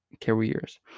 careers